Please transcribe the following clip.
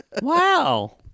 Wow